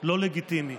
לא לגיטימי.